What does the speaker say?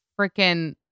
freaking